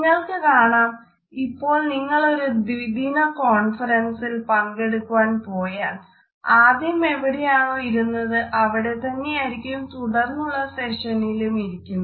നിങ്ങൾക്ക് കാണാം ഇപ്പോൾ നിങ്ങളൊരു ദ്വിദിന കോണഫറൻസിൽ പങ്കെടുക്കുവാൻ പോയാൽ ആദ്യം എവിടെയാണോ ഇരുന്നത് അവിടെത്തന്നെ ആയിരിക്കും തുടർന്നുള്ള സെഷൻസിലും ഇരിക്കുന്നത്